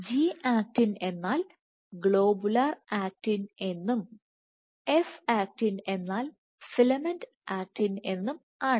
G actin എന്നാൽ globular ആക്റ്റിൻഎന്നും F actin എന്നാൽ ഫിലമെന്റ് ആക്റ്റിൻ എന്നും ആണ്